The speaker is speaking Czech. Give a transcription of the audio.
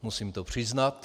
Musím to přiznat.